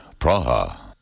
Praha